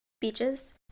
beaches